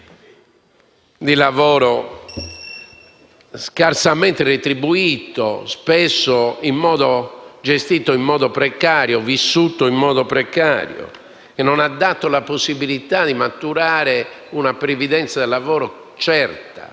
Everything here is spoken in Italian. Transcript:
di lavoro scarsamente retribuito, spesso vissuto in modo precario e che non ha dato la possibilità di maturare una previdenza del lavoro certa